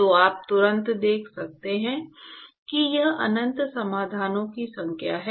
तो आप तुरंत देख सकते हैं कि यह अनंत समाधानों की संख्या है